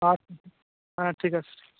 আচ্ছা হ্যাঁ ঠিক আছে